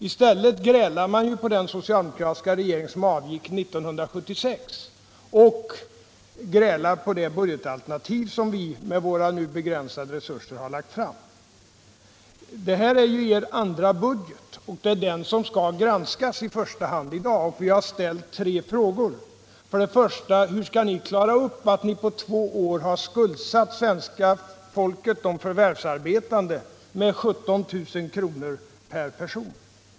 I stället grälar man på den socialdemokratiska regering som avgick 1976 och grälar över det budgetalternativ som vi med våra begränsade resurser har lagt fram. Ni har lagt fram er andra budget, och det är den som i första hand skall granskas i dag. Vi har ställt tre frågor. 1. Hur skall ni klara upp att på två år ha skuldsatt de förvärvsarbetande med 17 000 kr. per person? 2.